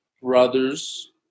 brothers